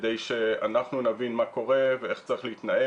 כדי שאנחנו נבין מה קורה ואיך צריך להתנהל